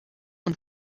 und